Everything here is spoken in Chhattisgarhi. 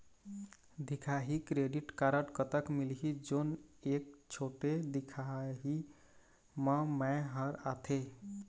दिखाही क्रेडिट कारड कतक मिलही जोन एक छोटे दिखाही म मैं हर आथे?